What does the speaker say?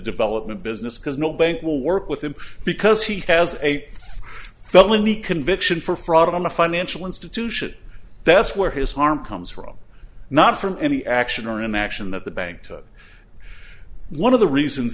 development business because no bank will work with him because he has a felony conviction for fraud on a financial institution that's where his harm comes from not from any action or inaction that the bank took one of the reasons